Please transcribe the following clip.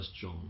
John